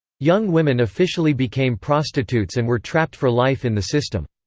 young women officially became prostitutes and were trapped for life in the system.